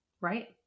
right